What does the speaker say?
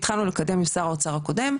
התחלנו לקדם עם שר האוצר הקודם,